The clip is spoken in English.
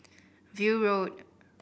View Road